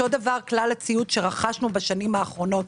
אותו דבר כלל הציוד שרכשנו בשנים האחרונות.